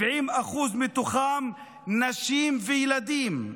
70% מתוכם נשים וילדים,